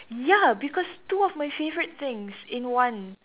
ya because two of my favourite things in one